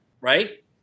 right